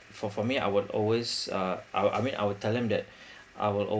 for for me I would always uh I I mean I will tell them that I will